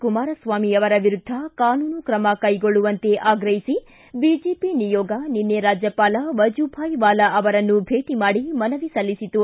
ಕುಮಾರಸ್ವಾಮಿ ಅವರ ವಿರುದ್ದ ಕಾನೂನು ಕ್ರಮ ಕೈಗೊಳ್ಳುವಂತೆ ಆಗ್ರಹಿಸಿ ಬಿಜೆಪಿ ನೀಯೊಗ ನಿನ್ನೆ ರಾಜ್ಜಪಾಲ ವಜುಭಾಯ್ ವಾಲಾ ಅವರನ್ನು ಭೇಟಿ ಮಾಡಿ ಮನವಿ ಸಲ್ಲಿಸಿತು